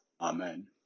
Amen